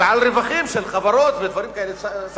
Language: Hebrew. ועל רווחים של חברות ודברים כאלה.